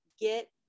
get